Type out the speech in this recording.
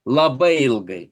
labai ilgai